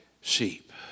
sheep